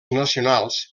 nacionals